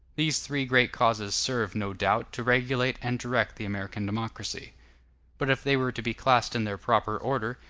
these three great causes serve, no doubt, to regulate and direct the american democracy but if they were to be classed in their proper order,